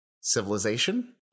Civilization